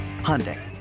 Hyundai